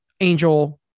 Angel